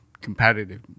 competitive